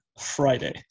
Friday